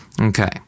Okay